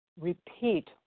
repeat